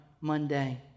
mundane